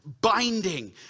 Binding